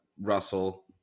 Russell